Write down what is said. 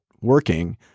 working